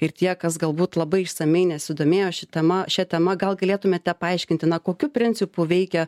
ir tie kas galbūt labai išsamiai nesidomėjo ši tema šia tema gal galėtumėte paaiškinti na kokiu principu veikia